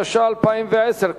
התש"ע 2010,